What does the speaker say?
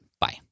Bye